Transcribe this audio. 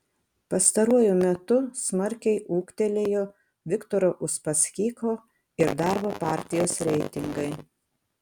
pastaruoju metu smarkiai ūgtelėjo viktoro uspaskicho ir darbo partijos reitingai